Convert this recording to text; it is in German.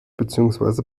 beziehungsweise